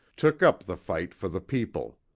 took up the fight for the people.